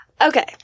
Okay